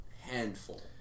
handful